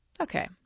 Okay